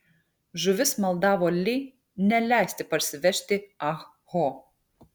žuvis maldavo li neleisti parsivežti ah ho